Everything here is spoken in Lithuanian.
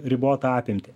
ribotą apimtį